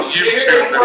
YouTube